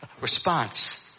response